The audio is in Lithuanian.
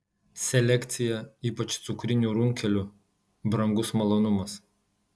selekcija ypač cukrinių runkelių brangus malonumas